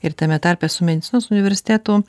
ir tame tarpe su medicinos universitetu